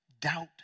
doubt